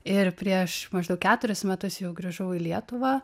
ir prieš maždaug keturis metus jau grįžau į lietuvą